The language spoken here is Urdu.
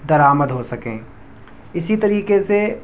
در آمد ہو سکیں اسی طریقے سے